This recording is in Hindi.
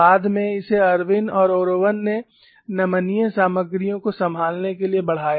बाद में इसे इरविन और ओरोवन ने नमनीय सामग्रियों को संभालने के लिए बढ़ाया